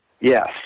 Yes